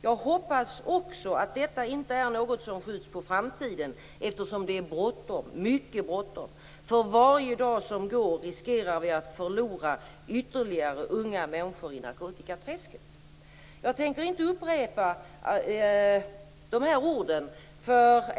Jag hoppas också att detta inte är något som skjuts på framtiden eftersom det är bråttom, mycket bråttom. För varje dag som går riskerar vi att förlora ytterligare unga människor i knarkträsket." Jag tänker inte upprepa dessa ord.